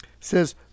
says